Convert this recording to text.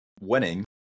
winning